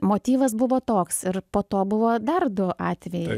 motyvas buvo toks ir po to buvo dar du atvejai